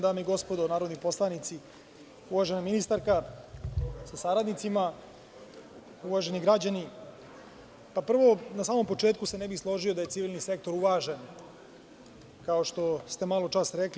Dame i gospodo narodni poslanici, uvažena ministarka sa saradnicima, uvaženi građani, prvo, na samom početku se ne bi složio da je civilni sektor uvažen, kao što ste maločas rekli.